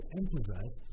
emphasize